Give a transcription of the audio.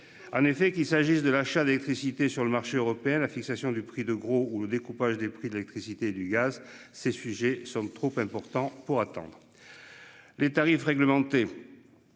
En effet, qu'il s'agisse de l'achat d'électricité sur le marché européen. La fixation du prix de gros, ou le découpage des prix de l'électricité et du gaz. Ces sujets sont trop importants pour attendre. Les tarifs réglementés.